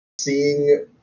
seeing